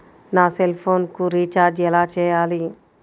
నా సెల్ఫోన్కు రీచార్జ్ ఎలా చేయాలి?